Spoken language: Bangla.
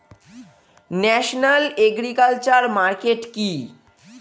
ন্যাশনাল এগ্রিকালচার মার্কেট কি?